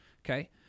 Okay